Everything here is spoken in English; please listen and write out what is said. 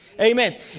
Amen